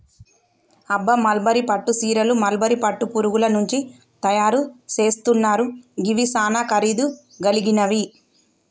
అబ్బ మల్బరీ పట్టు సీరలు మల్బరీ పట్టు పురుగుల నుంచి తయరు సేస్తున్నారు గివి సానా ఖరీదు గలిగినవి